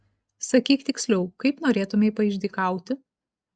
sakyk tiksliau kaip norėtumei paišdykauti